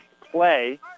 play